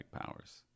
powers